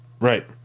Right